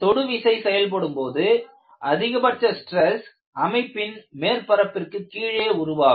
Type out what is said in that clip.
தொடு விசை செயல்படும் பொழுது அதிகபட்ச ஸ்ட்ரெஸ் அமைப்பின் மேற்பரப்பிற்கு கீழே உருவாகும்